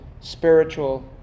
spiritual